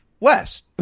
west